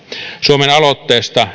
suomen aloitteesta